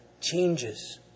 changes